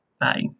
Bye